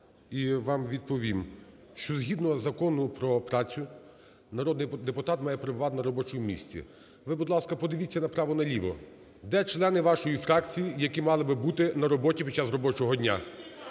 і вам відповім, що згідно Закону про працю народний депутат має перебувати на робочому місці. Ви, будь ласка, подивіться направо-наліво, де члени вашої фракції, які би мали бути на роботі під час робочого дня?